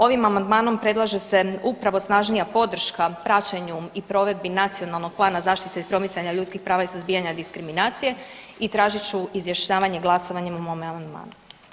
Ovim Amandmanom predlaže se upravo snažnija podrška praćenju i provedbi Nacionalnog plana zaštite i promicanja ljudskih prava i suzbijanja diskriminacije i tražit ću izjašnjavanje glasovanje o mom Amandmanu.